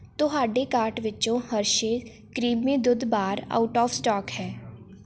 ਤੁਹਾਡੇ ਕਾਰਟ ਵਿੱਚੋਂ Hershey creamy ਦੁੱਧ ਬਾਰ ਆਊਟ ਆਫ਼ ਸਟੋਕ ਹੈ